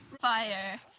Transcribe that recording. fire